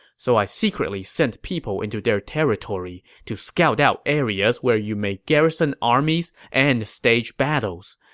so i secretly sent people into their territory to scout out areas where you may garrison armies and stage battles.